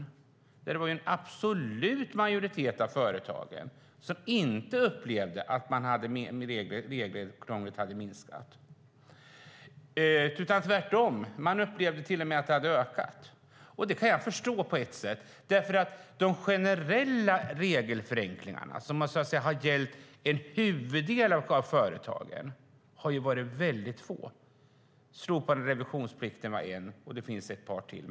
Enligt den var det en absolut majoritet av företagen som inte upplevde att regelkrånglet hade minskat. Tvärtom upplevde de att det hade ökat. Det kan jag förstå på ett sätt därför att de generella regelförenklingarna, som har gällt en huvuddel av företagen, har varit få. Slopandet av revisionsplikten var en, och det finns ett par till.